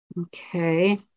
Okay